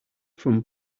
from